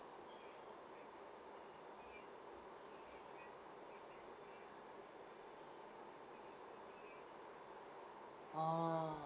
oh